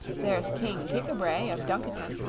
there's king kik-a-bray of dunkiton,